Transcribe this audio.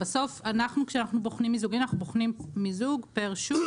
בסוף אנחנו כשאנחנו בוחנים מיזוגים אנחנו בוחנים מיזוג פר שוק,